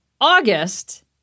August